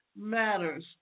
matters